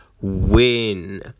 win